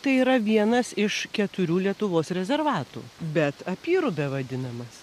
tai yra vienas iš keturių lietuvos rezervatų bet apyrube vadinamas